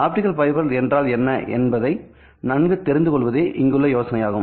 optical fibre என்றால் என்ன என்பதை நன்கு தெரிந்துகொள்வதே இங்குள்ள யோசனையாகும்